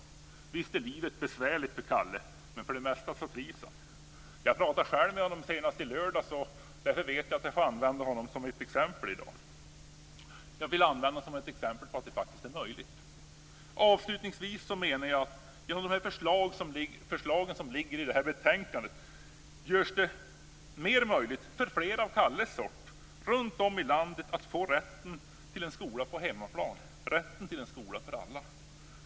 Visst är livet besvärligt för Kalle, men för det mesta trivs han. Jag pratade själv med honom senast i lördags och vet därför att jag får använda honom som exempel i dag - ett exempel på att det faktiskt är möjligt! Avslutningsvis menar jag att genom de förslag som finns i det här betänkandet görs det än mer möjligt för fler av Kalles sort runtom i landet att få rätt till en skola på hemmaplan, rätt till en skola för alla.